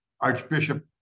Archbishop